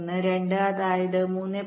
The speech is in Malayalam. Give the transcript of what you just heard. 3 2 അതായത് 3